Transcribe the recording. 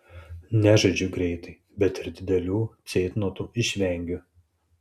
nežaidžiu greitai bet ir didelių ceitnotų išvengiu